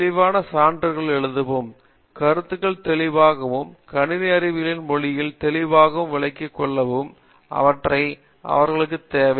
தெளிவான சான்றுகளை எழுதவும் கருத்துக்களை தெளிவாகவும் கணினி அறிவியலின் மொழியில் தெளிவாக விளங்கிக் கொள்ளவும் அவற்றை அவர்களுக்குத் தேவை